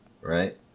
right